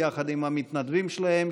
יחד עם המתנדבים שלהם,